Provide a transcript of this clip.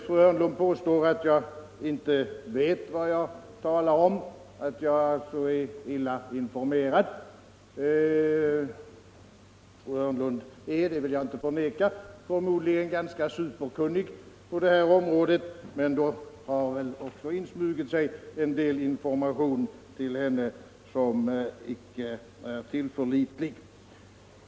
Fru Hörnlund påstår att jag inte vet vad jag talar om utan att jag är illa informerad. Fru Hörnlund är — det vill jag inte förneka — förmodligen ganska superkunnig på det här området, men här har tydligen insmugit sig en del information som icke är helt tillförlitlig.